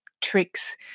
tricks